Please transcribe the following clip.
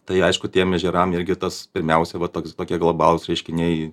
tai aišku tiem ežeram irgi tas pirmiausia va toks tokie globalūs reiškiniai